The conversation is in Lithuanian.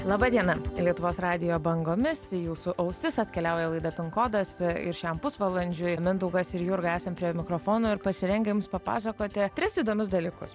laba diena lietuvos radijo bangomis į jūsų ausis atkeliauja laida pin kodas ir šiam pusvalandžiui mindaugas ir jurga esam prie mikrofono ir pasirengę jums papasakoti tris įdomius dalykus